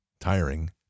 tiring